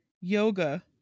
yoga